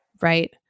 right